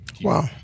Wow